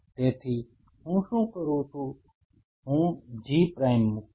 તેથી હું શું કરું હું G પ્રાઇમ મુકીશ